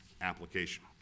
application